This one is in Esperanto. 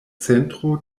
centro